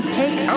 take